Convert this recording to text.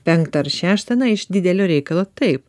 penktą ar šeštą na iš didelio reikalo taip